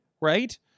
right